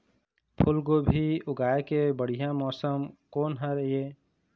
फूलगोभी उगाए के बढ़िया मौसम कोन हर ये?